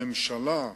הממשלה,